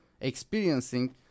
experiencing